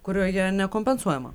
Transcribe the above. kurioje nekompensuojama